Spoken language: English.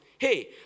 Hey